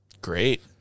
Great